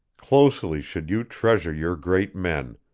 closely should you treasure your great men,